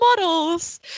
models